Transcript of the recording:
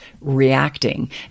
reacting